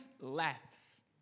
laughs